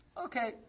Okay